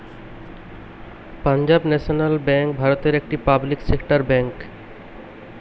Punjab National Bank ভারতের একটি public sector bank